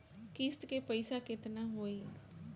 किस्त के पईसा केतना होई?